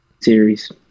series